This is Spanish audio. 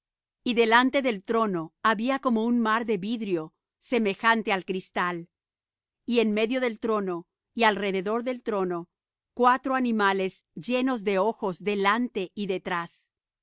y delante del trono había como un mar de vidrio semejante al cristal y en medio del trono y alrededor del trono cuatro animales llenos de ojos delante y detrás